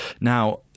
Now